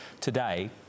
today